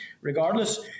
regardless